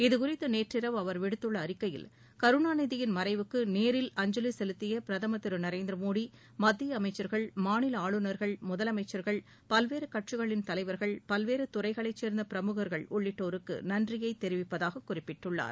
இதுகுறித்து நேற்றிரவு அவர் விடுத்துள்ள அறிக்கையில் கருணாநிதியின் மறைவுக்கு நேரில் அஞ்சலி செலுத்திய பிரதமர் திரு நரேந்திர மோடி மத்திய அமைச்சர்கள் மாநில ஆளுநர்கள் முதலமைச்சர்கள் பல்வேறு கட்சிகளின் தலைவர்கள் பல்வேறு துறைகளைச் சேர்ந்த பிரமுகர்கள் உள்ளிட்டோருக்கு நன்றியை தெரிவிப்பதாக குறிப்பிட்டுள்ளார்